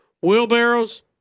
wheelbarrows